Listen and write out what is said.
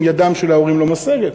אם ידם של ההורים לא משגת.